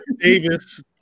Davis